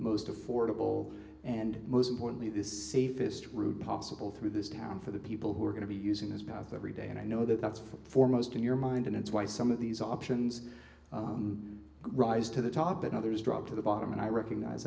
most affordable and most importantly the safest route possible through this town for the people who are going to be using his path every day and i know that that's foremost in your mind and it's why some of these options rise to the top and others drop to the bottom and i recognize